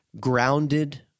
grounded